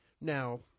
now